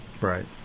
Right